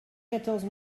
quatorze